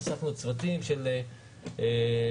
הוספנו צוותים של אופנועים.